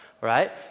right